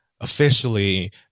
officially